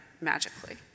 magically